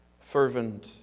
fervent